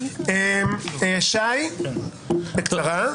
שי, בקצרה.